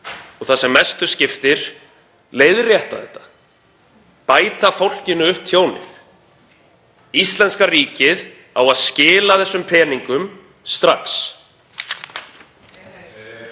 og, það sem mestu skiptir, leiðrétta þetta, bæta fólkinu upp tjónið. Íslenska ríkið á að skila þessum peningum strax.